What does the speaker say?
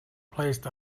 placed